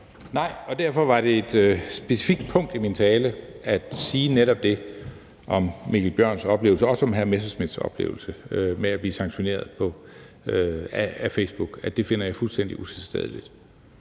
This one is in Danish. Nej, og derfor var det et specifikt punkt i min tale at sige netop det om hr. Mikkel Bjørns oplevelser og også om hr. Morten Messerschmidts oplevelse med at blive sanktioneret af Facebook, nemlig at det finder jeg fuldstændig utilstedeligt.